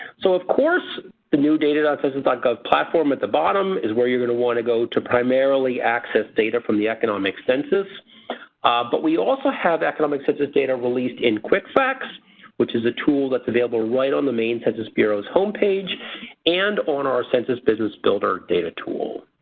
so course the new data that census gov platform at the bottom is where you're going to want to go to primarily access data from the economic census but we also have economic census data released in quickfacts which is a tool that's available right on the main census bureau's homepage and on our census business builder data tool.